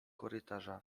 korytarza